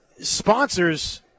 sponsors